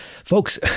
Folks